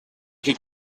could